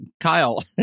Kyle